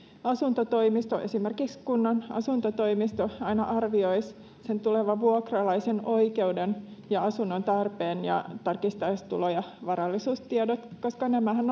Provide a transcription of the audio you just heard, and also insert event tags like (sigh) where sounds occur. asuntotoimisto esimerkiksi kunnan asuntotoimisto aina arvioisi sen tulevan vuokralaisen oikeuden ja asunnon tarpeen ja tarkistaisi tulo ja varallisuustiedot koska nämähän (unintelligible)